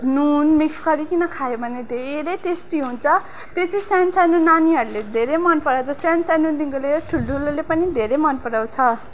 नुन मिक्स गरिकन खायो भने धेरै टेस्टी हुन्छ त्यो चाहिँ सानोसानो नानीहरूले धेरै मन परौछ सानो सानोदेखिको लिएर ठुल्ठुलोले पनि धेरै मन पराउँछ